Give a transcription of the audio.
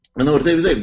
manau ir taip ir taip